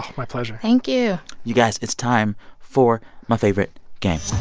my pleasure thank you you, guys. it's time for my favorite game